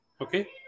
okay